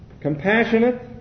compassionate